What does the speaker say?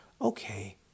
Okay